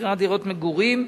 מכירת דירות מגורים.